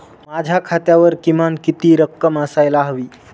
माझ्या खात्यावर किमान किती रक्कम असायला हवी?